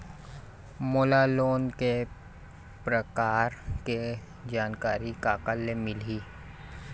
मोला लोन के प्रकार के जानकारी काकर ले मिल ही?